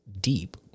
deep